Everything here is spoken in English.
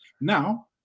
Now